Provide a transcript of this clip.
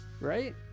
Right